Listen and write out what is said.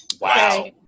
Wow